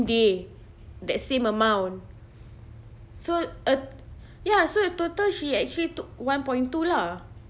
day that same amount so uh ya so total she actually took one point two lah